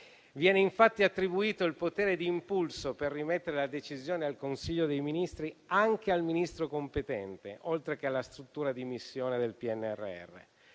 Viene infatti attribuito il potere d'impulso per rimettere la decisione al Consiglio dei ministri anche al Ministro competente, oltre che alla struttura di missione del PNRR.